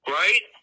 right